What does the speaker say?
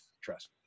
Trust